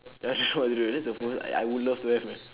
ya don't know what to do that's a fir~ I would love to have man